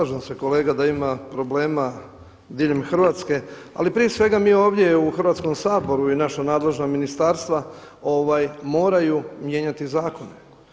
Slažem se kolega da ima problema diljem Hrvatske, ali prije svega mi ovdje u Hrvatskom saboru i naša nadležna ministarstva moraju mijenjati zakone.